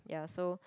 ya so